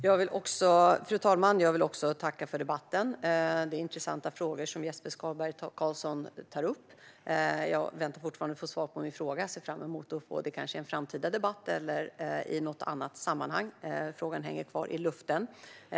Fru talman! Jag vill också tacka för debatten. Det är intressanta frågor som Jesper Skalberg Karlsson tar upp. Jag väntar fortfarande på att få svar på min fråga. Jag ser fram emot att kanske få det i en framtida debatt eller i något annat sammanhang. Frågan hänger kvar i luften.